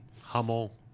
Hummel